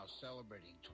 celebrating